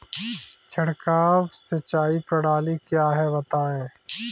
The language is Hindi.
छिड़काव सिंचाई प्रणाली क्या है बताएँ?